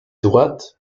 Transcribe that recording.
droits